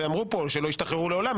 ואמרו פה: שלא ישתחררו לעולם,